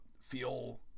feel